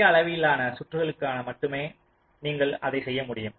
சிறிய அளவிலான சுற்றுகளுக்காக மட்டும் நீங்கள் அதை செய்ய முடியும்